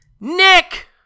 Nick